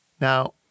Now